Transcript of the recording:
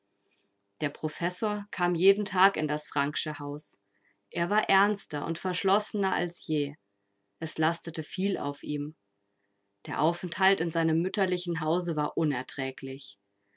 der professor kam jeden tag in das franksche haus er war ernster und verschlossener als je es lastete viel auf ihm der aufenthalt in seinem mütterlichen hause war unerträglich